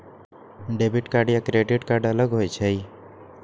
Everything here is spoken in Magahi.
डेबिट कार्ड या क्रेडिट कार्ड अलग होईछ ई?